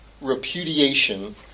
repudiation